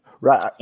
Right